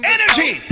Energy